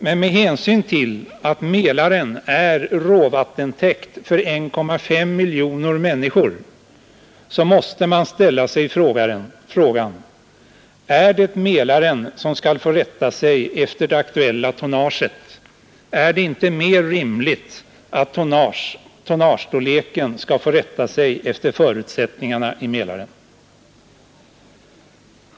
Men med hänsyn till att Mälaren är råvattentäkt för 1,5 miljoner människor måste man ställa sig frågan: Är det Mälaren som skall få rätta sig efter det aktuella tonnaget? Är det inte mer rimligt att tonnagestorleken skall få rätta sig efter förutsättningarna i Mälaren?